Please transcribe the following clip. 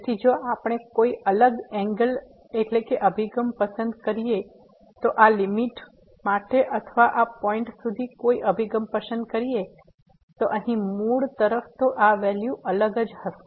તેથી જો આપણે કોઈ અલગ એંગ્લ અભિગમ પસંદ કરીએ આ લીમીટ માટે અથવા આ પોઈન્ટ સુધી કોઈ અભિગમ પસંદ કરીએ અહીં મૂળ તરફ તો આ વેલ્યુ અલગ હશે